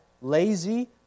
lazy